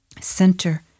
center